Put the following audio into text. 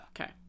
Okay